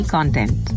Content